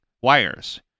wires